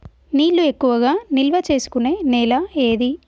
నీళ్లు ఎక్కువగా నిల్వ చేసుకునే నేల ఏది?